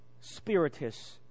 spiritus